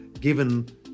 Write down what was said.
given